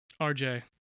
RJ